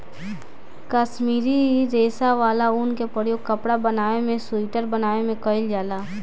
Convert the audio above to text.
काश्मीरी रेशा वाला ऊन के प्रयोग कपड़ा बनावे में सुइटर बनावे में कईल जाला